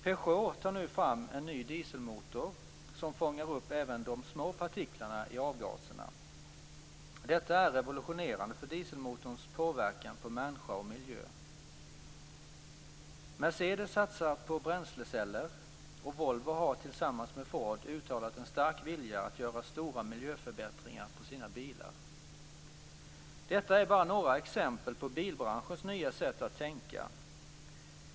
Peugeot tar nu fram en ny dieselmotor som fångar upp även de små partiklarna i avgaserna. Detta är revolutionerande för dieselmotorns påverkan på människa och miljö. Mercedes satsar på bränsleceller, och Volvo har tillsammans med Ford uttalat en stark vilja att göra stora miljöförbättringar på sina bilar. Detta är bara några exempel på bilbranschens nya sätt att tänka.